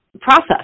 process